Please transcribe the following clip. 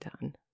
done